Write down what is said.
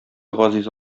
газиз